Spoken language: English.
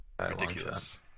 Ridiculous